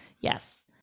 yes